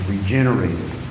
regenerated